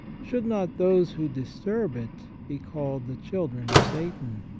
should not those who disturb it be called the children of satan?